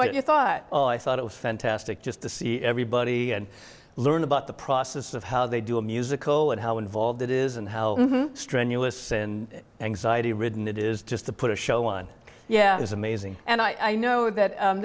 what you thought oh i thought it was fantastic just to see everybody and learn about the process of how they do a musical and how involved it is and how strenuous and anxiety ridden it is just to put a show on yeah it is amazing and i know that